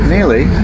Nearly